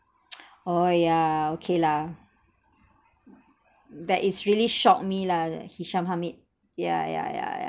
oh yeah okay lah that is really shock me lah hisyam hamid yeah yeah yeah yeah